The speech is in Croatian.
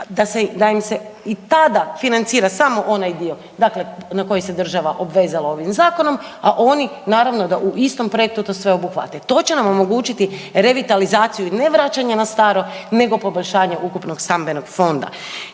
da im se i tada financira samo onaj dio dakle na koji se država obvezala ovim zakonom, a oni naravno da u istom projektu to sve obuhvate. To će nam omogućiti revitalizaciju i ne vraćanje na staro nego poboljšanje ukupnog stambenog fonda.